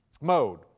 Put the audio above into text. mode